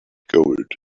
gold